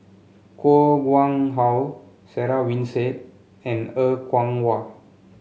Koh Nguang How Sarah Winstedt and Er Kwong Wah